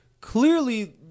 clearly